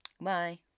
Bye